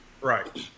Right